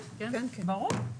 ברור.